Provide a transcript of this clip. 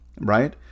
Right